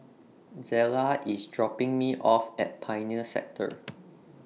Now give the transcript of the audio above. Zela IS dropping Me off At Pioneer Sector